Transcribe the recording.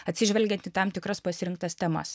atsižvelgiant į tam tikras pasirinktas temas